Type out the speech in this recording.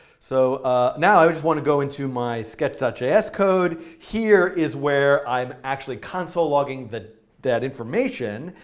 so ah now i just want to go into my sketch js code. here is where i'm actually console logging that that information.